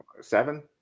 seven